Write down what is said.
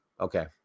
Okay